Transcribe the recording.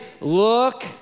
Look